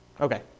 Okay